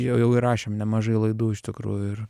jau jau įrašėm nemažai laidų iš tikrųjų ir